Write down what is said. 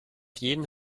jeden